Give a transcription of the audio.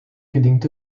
gelingt